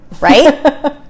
Right